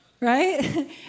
Right